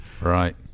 Right